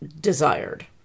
desired